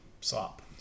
slop